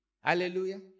Hallelujah